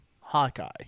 Hawkeye